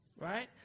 Right